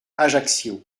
ajaccio